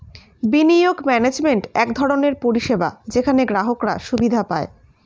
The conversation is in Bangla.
বিনিয়োগ ম্যানেজমেন্ট এক ধরনের পরিষেবা যেখানে গ্রাহকরা সুবিধা পায়